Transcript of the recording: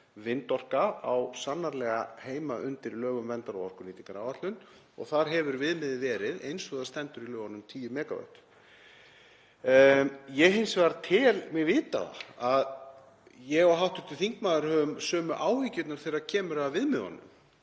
vindorka á sannarlega heima undir lögum um verndar- og orkunýtingaráætlun og þar hefur viðmiðið verið eins og það stendur í lögunum, 10 MW. Ég tel hins vegar mig vita að ég og hv. þingmaður höfum sömu áhyggjurnar þegar kemur að viðmiðunum